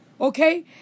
Okay